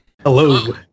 Hello